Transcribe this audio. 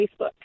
Facebook